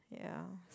ya